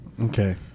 Okay